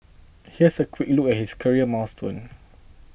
here's a quick look at his career milestones